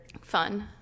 Fun